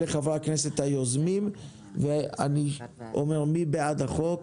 מי בעד הצעת החוק?